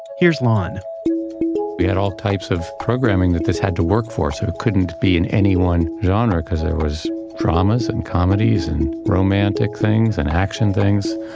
here's lon we had all types of programming that this had to work for. so it couldn't be in any one genre, because there was dramas and comedies and romantic things and action things.